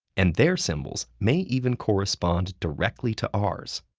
and their symbols may even correspond directly to ours.